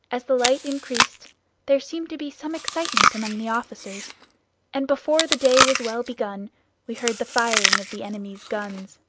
as the light increased there seemed to be some excitement among the officers and before the day was well begun we heard the firing of the enemy's guns.